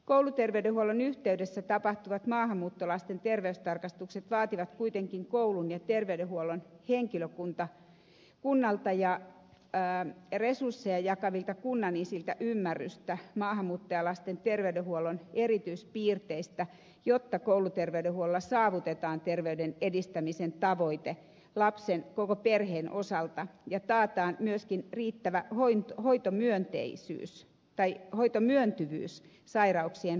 kouluterveydenhuollon yhteydessä tapahtuvat maahanmuuttolasten terveystarkastukset vaativat kuitenkin koulun ja terveydenhuollon henkilökunnalta ja resursseja jakavilta kunnan isiltä ymmärrystä maahanmuuttajalasten terveydenhuollon erityispiirteistä jotta kouluterveydenhuollolla saavutetaan terveyden edistämisen tavoite lapsen koko perheen osalta ja taataan myöskin riittävä hoitomyöntyvyys sairauksien hoitoon